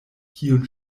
kiun